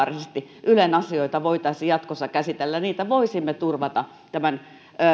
parlamentaarisesti voitaisiin ylen asioita jatkossa käsitellä niin että voisimme turvata